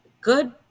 good